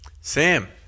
Sam